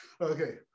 Okay